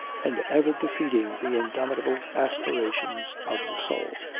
and ever defeating the indomitable aspirations of the soul.